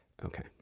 Okay